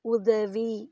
உதவி